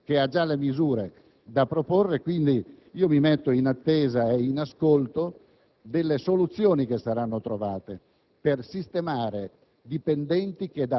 ha detto che è intenzionato ad intervenire, che ha già le misure da proporre e quindi mi metto in attesa e in ascolto delle soluzioni che saranno trovate